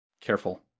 Careful